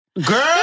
Girl